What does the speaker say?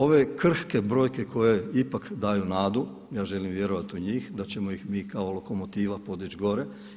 Ove krhke brojke koje ipak daju nadu, ja želim vjerovati u njih da ćemo ih mi kao lokomotiva podić gore.